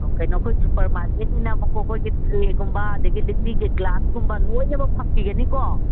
ꯀꯩꯅꯣ ꯑꯩꯈꯣꯏ super market ꯑꯣꯏꯅꯕꯀꯣ ꯑꯩꯈꯣꯏꯒꯤ ꯀ꯭ꯂꯦꯒꯨꯝꯕ ꯑꯗꯒꯤ ꯂꯤꯛꯂꯤꯒꯤ ꯒ꯭ꯂꯥꯁꯀꯨꯝꯕ ꯂꯣꯏꯅꯃꯛ ꯐꯪꯕꯤꯒꯅꯤꯀꯣ